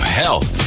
health